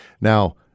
Now